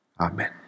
Amen